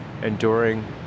enduring